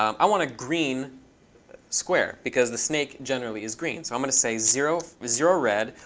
i want a green square, because the snake generally is green. so i'm going to say zero zero red,